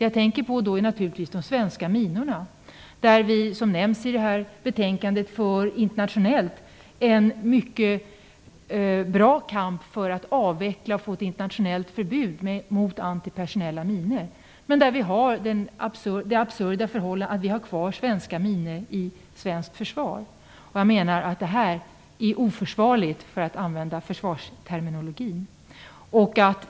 Jag tänker naturligtvis på de svenska minorna. Som nämns i betänkandet för vi internationellt en mycket bra kamp för att avveckla och få ett internationellt förbud mot antipersonella minor. Men vi har det absurda förhållandet att vi har kvar svenska minor i svenskt försvar. Jag menar att det är oförsvarligt, för att använda försvarsterminologi.